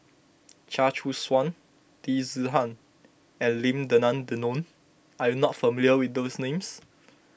Chia Choo Suan Loo Zihan and Lim Denan Denon are you not familiar with these names